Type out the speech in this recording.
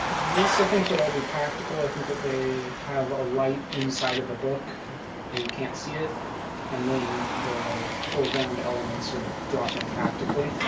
this i think would all be practical. i think that they have a light inside of the book where you can't see it and then the foreground elements sort of drop in practically